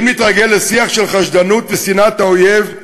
אם נתרגל לשיח של חשדנות ושנאת האויב,